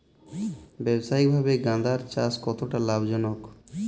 ব্যবসায়িকভাবে গাঁদার চাষ কতটা লাভজনক?